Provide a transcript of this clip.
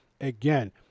again